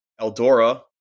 Eldora